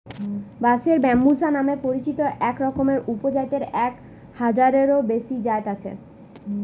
বাঁশের ব্যম্বুসা নামে পরিচিত একরকমের উপজাতের এক হাজারেরও বেশি জাত আছে